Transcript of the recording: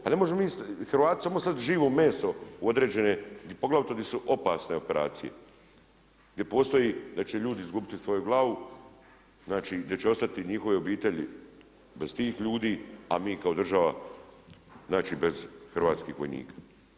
Pa ne možemo mi Hrvati samo slat živo meso u određene, poglavito di su opasne operacije, gdje postoji da će ljudi izgubiti svoju glavu, znači gdje će ostati njihove obitelji bez tih ljudi, a mi kao država znači bez hrvatskih vojnika.